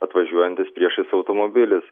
atvažiuojantis priešais automobilis